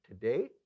today